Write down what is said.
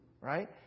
Right